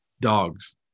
dogs